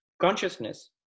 Consciousness